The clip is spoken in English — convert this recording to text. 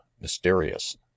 mysterious